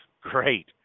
great